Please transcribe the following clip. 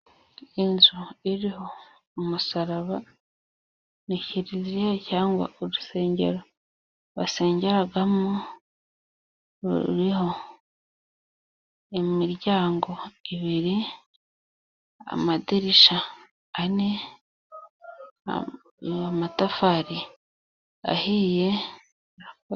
Inzu iriho umusaraba, ni kiriziya cyangwa urusengero basengeramo, ruriho imiryango ibiri, amadirishya ane, amatafari ahiye....